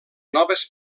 noves